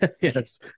yes